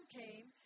came